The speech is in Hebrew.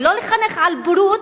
ולא לחנך על בורות,